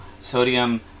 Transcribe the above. sodium